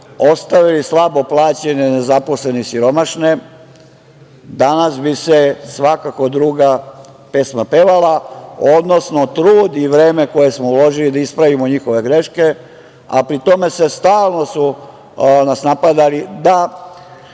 ostavili slabo plaćene nezaposlene i siromašne, danas bi se svakako druga pesma pevala, odnosno trud i vreme koje smo uložili da ispravimo njihove greške, a pri tome stalno su nas napadali da